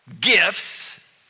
gifts